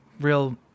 real